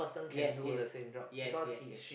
yes yes yes yes yes